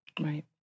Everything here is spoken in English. Right